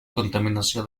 contaminació